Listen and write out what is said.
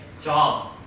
jobs